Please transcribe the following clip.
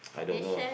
I don't know